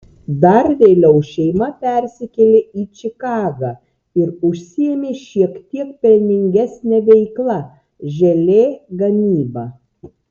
dar vėliau šeima persikėlė į čikagą ir užsiėmė šiek tiek pelningesne veikla želė gamyba